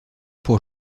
pour